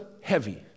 heavy